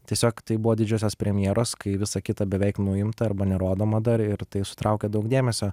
tiesiog tai buvo didžiosios premjeros kai visa kita beveik nuimta arba nerodoma dar ir tai sutraukė daug dėmesio